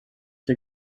der